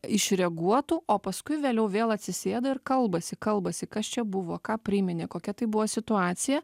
iš reaguotų o paskui vėliau vėl atsisėda ir kalbasi kalbasi kas čia buvo ką priminė kokia tai buvo situacija